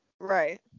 Right